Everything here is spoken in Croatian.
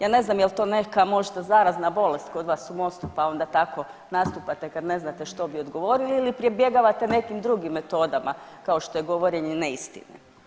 Ja ne znam jel to neka možda zarazna bolest kod vas u MOST-u pa onda tako nastupate kad ne znate što bi odgovorili ili pribjegavate nekim drugim metodama kao što je govorenje neistine.